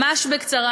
ממש בקצרה.